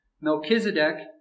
Melchizedek